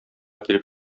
килеп